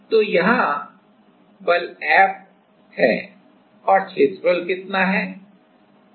तो यहाँ बल F और क्षेत्रफल कितना है